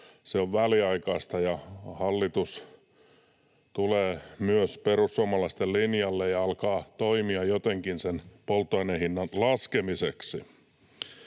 se on väliaikaista ja hallitus tulee myös perussuomalaisten linjalle ja alkaa toimia jotenkin sen polttoaineen hinnan laskemiseksi.